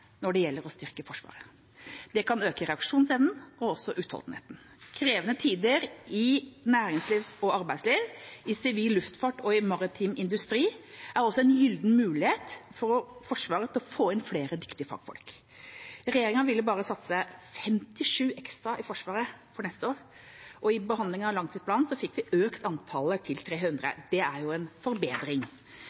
når det gjelder å styrke Forsvaret. Det kan øke reaksjonsevnen og også utholdenheten. Krevende tider i nærings- og arbeidsliv, i sivil luftfart og i maritim industri er også en gyllen mulighet for Forsvaret til å få inn flere dyktige fagfolk. Regjeringa ville bare satse på 57 ekstra ansatte i Forsvaret for neste år. I behandlingen av langtidsplanen fikk vi økt antallet til 300. Det er jo en forbedring.